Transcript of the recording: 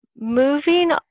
moving